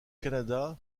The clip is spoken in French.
canada